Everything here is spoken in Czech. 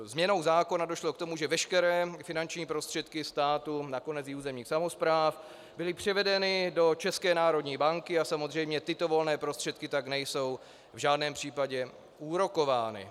Změnou zákona došlo k tomu, že veškeré finanční prostředky státu a nakonec i územních samospráv byly převedeny do ČNB a samozřejmě tyto volné prostředky tak nejsou v žádném případě úrokovány.